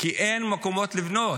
כי אין מקומות לבנות.